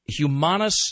humanus